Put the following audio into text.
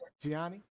Gianni